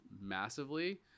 massively